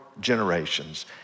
generations